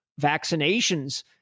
vaccinations